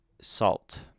salt